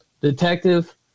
detective